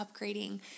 upgrading